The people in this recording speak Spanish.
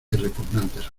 repugnantes